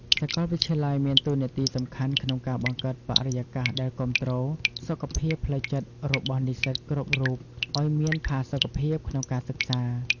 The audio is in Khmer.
សាកលវិទ្យាល័យមានតួនាទីសំខាន់ក្នុងការបង្កើតបរិយាកាសដែលគាំទ្រសុខភាពផ្លូវចិត្តរបស់និស្សិតគ្រប់រូបឱ្យមានផាសុកភាពក្នុងការសិក្សា។